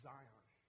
Zion